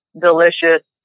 delicious